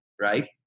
Right